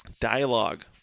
Dialogue